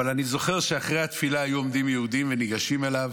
אבל אני זוכר שאחרי התפילה היו עומדים יהודים וניגשים אליו,